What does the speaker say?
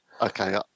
Okay